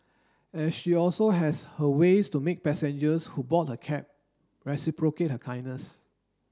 and she also has her ways to make passengers who board her cab reciprocate her kindness